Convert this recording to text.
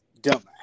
Dumbass